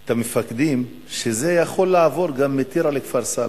את המפקדים שזה גם יכול לעבור מטירה לכפר-סבא.